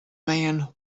man